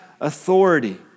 authority